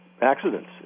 Accidents